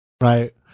right